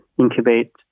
incubate